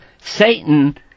Satan